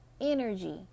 energy